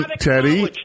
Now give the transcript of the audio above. Teddy